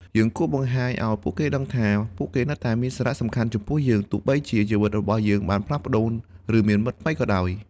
យើងគួរបង្ហាញឱ្យពួកគេដឹងថាពួកគេនៅតែមានសារៈសំខាន់ចំពោះយើង ទោះបីជាជីវិតរបស់យើងបានផ្លាស់ប្តូរ ឬមានមិត្តថ្មីក៏ដោយ។